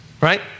right